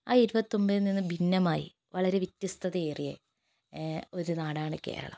ആ ഇരുപത്തൊമ്പതിൽ നിന്നു ഭിന്നമായി വളരെ വ്യത്യസ്തതയേറിയ ഒരു നാടാണ് കേരളം